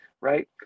Right